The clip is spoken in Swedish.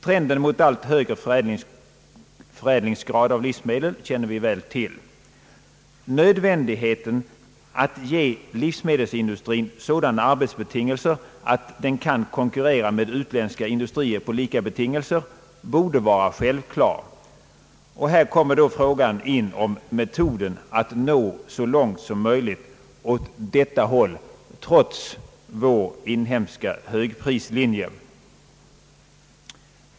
Trenden mot allt högre förädlingsgrad av livsmedel känner vi väl till. Nödvändigheten av att ge livsmedelsindustrin sådana arbetsbetingelser att den kan konkurrera med utländska industrier under lika betingelser borde vara självklar. Härvidlag kommer frågan in om vilken metod som skall tilllämpas för att vi skall kunna nå så långt som möjligt i dessa strävanden trots vår inhemska högprislinje.